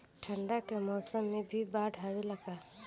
ठंडा के मौसम में भी बाढ़ आवेला का?